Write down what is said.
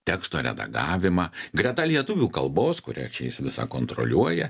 teksto redagavimą greta lietuvių kalbos kurią čia jis visą kontroliuoja